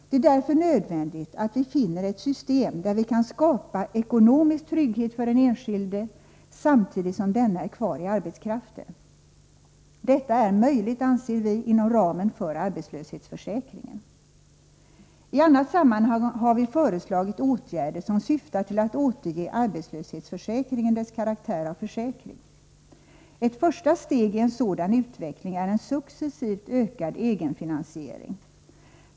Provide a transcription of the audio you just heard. Därför är det nödvändigt att vi finner ett system där vi kan skapa ekonomisk trygghet för den enskilde, samtidigt som denne är kvar i arbetskraften. Detta är möjligt, anser vi, inom ramen för arbetslöshetsförsäkringen. I annat sammanhang har vi föreslagit åtgärder som syftar till att återge arbetslöshetsförsäkringen dess karaktär av försäkring. Ett första steg i en sådan utveckling är en successivt ökad egenfinansiering.